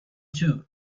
too